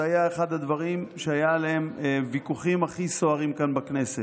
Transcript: זה היה אחד הדברים שהיו עליהם הוויכוחים הכי סוערים כאן בכנסת.